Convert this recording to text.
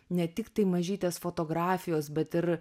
ne tiktai mažytės fotografijos bet ir